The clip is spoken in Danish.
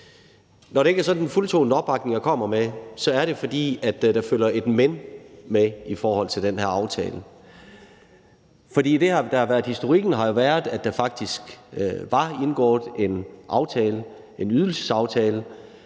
Når det ikke er sådan en fuldtonet opbakning, jeg kommer med, er det, fordi der følger et men med i forhold til den her aftale. For historikken har jo været, at der faktisk var indgået en aftale